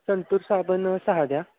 संतूर साबण सहा द्या